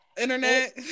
internet